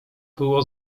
było